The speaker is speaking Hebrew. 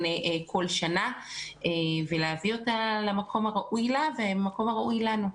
כל שנה ולהביא אותה למקום הראוי לה והמקום הראוי לנו,